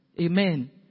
Amen